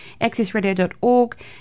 accessradio.org